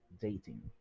dating